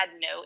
no